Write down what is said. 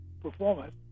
performance